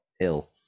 ill